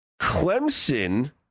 Clemson